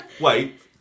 wait